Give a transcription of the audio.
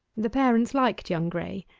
the parents liked young graye,